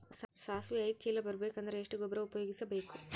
ಸಾಸಿವಿ ಐದು ಚೀಲ ಬರುಬೇಕ ಅಂದ್ರ ಎಷ್ಟ ಗೊಬ್ಬರ ಉಪಯೋಗಿಸಿ ಬೇಕು?